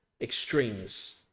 extremes